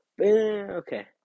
okay